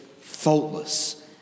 faultless